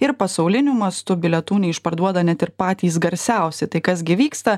ir pasauliniu mastu bilietų neišparduoda ne tik patys garsiausi tai kas gi vyksta